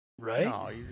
Right